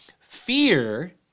Fear